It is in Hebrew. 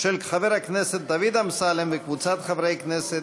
של חבר הכנסת דוד אמסלם וקבוצת חברי הכנסת.